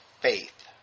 faith